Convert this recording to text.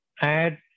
add